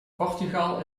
portugal